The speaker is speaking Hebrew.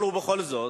אבל, בכל זאת,